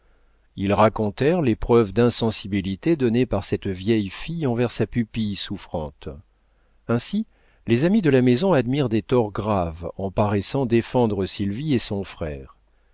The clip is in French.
ils racontèrent les preuves d'insensibilité données par cette vieille fille envers sa pupille souffrante ainsi les amis de la maison admirent des torts graves en paraissant défendre sylvie et son frère